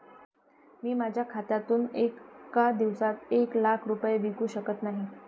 मी माझ्या खात्यातून एका दिवसात एक लाख रुपये विकू शकत नाही